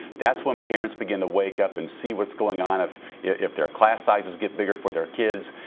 that's when parents begin to wake up and see what's going on, if if their class sizes get bigger for their kids,